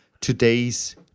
today's